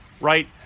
right